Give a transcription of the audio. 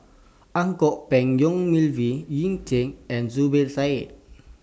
Ang Kok Peng Yong Melvin Yik Chye and Zubir Said